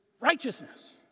righteousness